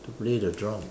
to play the drum